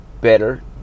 better